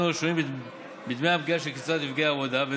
הראשונים בדמי הפגיעה של קצבת נפגעי עבודה.